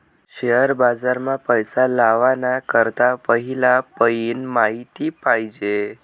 share बाजार मा पैसा लावाना करता पहिला पयीन माहिती पायजे